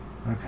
Okay